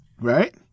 Right